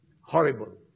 horrible